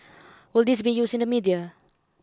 will this be used in the media